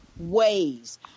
ways